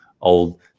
old